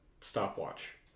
stopwatch